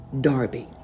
Darby